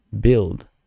build